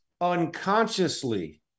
unconsciously